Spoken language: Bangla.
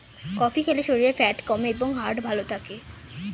কফি খেলে শরীরের ফ্যাট কমে এবং হার্ট ভালো থাকে